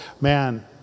man